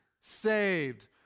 saved